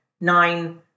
nine